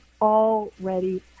already